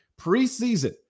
preseason